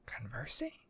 conversing